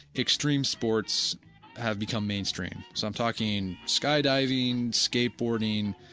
extreme sports have become mainstream. so, i am talking skydiving, skateboarding,